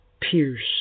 pierce